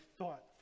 thought